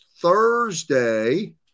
Thursday